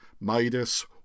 Midas